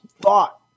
thought